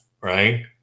right